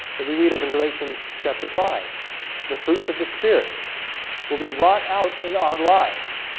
that we read of in galatians chapter five the fruits of the spirit will be wrought out in our lives